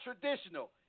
traditional